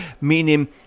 meaning